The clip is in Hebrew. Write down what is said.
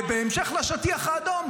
בהמשך לשטיח האדום,